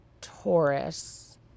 Taurus